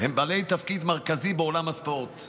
הם בעלי תפקיד מרכזי בעולם הספורט.